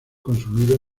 consumido